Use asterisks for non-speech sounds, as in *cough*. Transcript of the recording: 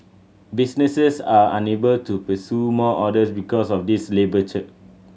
businesses are unable to pursue more orders because of this labour *unintelligible*